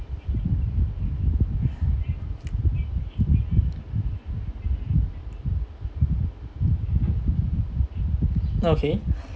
okay